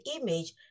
image